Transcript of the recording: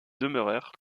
demeurèrent